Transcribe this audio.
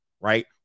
Right